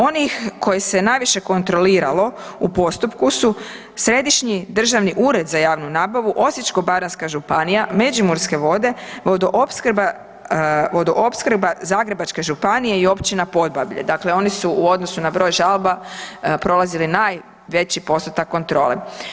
Onih koje se najviše kontroliralo u postupku su Središnji državni ured za javnu nabavu, Osječko-baranjska županija, Međimurske vode, Vodoopskrba Zagrebačke županije i Općina Podbablje, dakle oni su u odnosu na broj žalba prolazili najveći postotak kontrole.